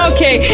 Okay